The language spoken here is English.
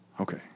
Okay